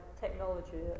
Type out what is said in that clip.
technology